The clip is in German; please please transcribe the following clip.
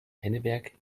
henneberg